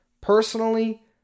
Personally